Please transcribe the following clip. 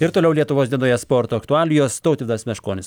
ir toliau lietuvos dienoje sporto aktualijos tautvydas meškonis